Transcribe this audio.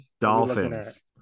Dolphins